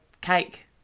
cake